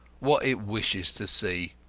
what it wishes to see,